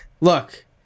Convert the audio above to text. look